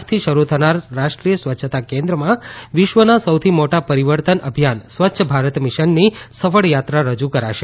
આજથી શરૂ થનાર રાષ્ટ્રીય સ્વચ્છતા કેન્દ્રમાં વિશ્વના સૌથી મોટા પરિવર્તન અભિયાન સ્વચ્છ ભારત મિશનની સફળ યાત્રા રજૂ કરશે